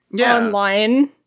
online